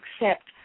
accept